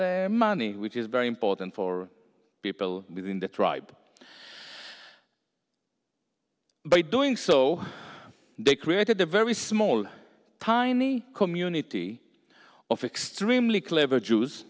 as money which is very important for people within the tribe by doing so they created a very small tiny community of extremely clever jews